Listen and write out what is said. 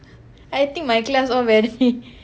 I think my class all very